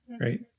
right